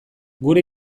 gure